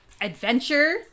Adventure